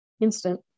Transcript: instant